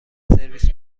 سرویس